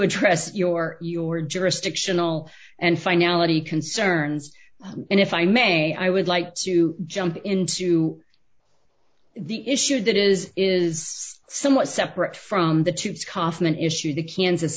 address your your jurisdictional and finality concerns and if i may i would like to jump into the issue that is is somewhat separate from the tubes coffman issue the kansas